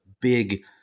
big